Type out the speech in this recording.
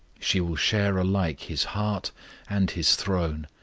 she will share alike his heart and his throne.